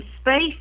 space